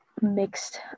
mixed